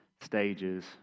stages